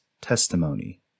testimony